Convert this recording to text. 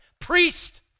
Priest